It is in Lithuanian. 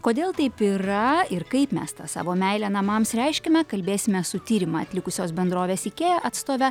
kodėl taip yra ir kaip mes tą savo meilę namams reiškiame kalbėsime su tyrimą atlikusios bendrovės ikea atstove